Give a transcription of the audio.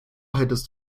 hättest